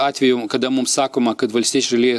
atvejų kada mums sakoma kad valstiečiai žalieji